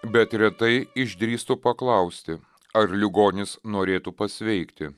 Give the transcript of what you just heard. bet retai išdrįstu paklausti ar ligonis norėtų pasveikti